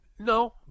No